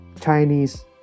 chinese